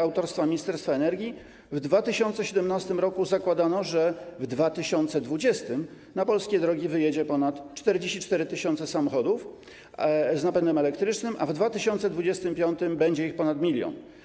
autorstwa Ministerstwa Energii w 2017 r. zakładano, że w 2020 r. na polskie drogi wyjedzie ponad 44 tys. samochodów z napędem elektrycznym, a w 2025 r. będzie ich ponad 1 mln.